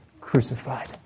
crucified